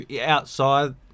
Outside